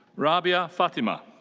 rabia fatima.